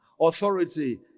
authority